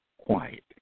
quiet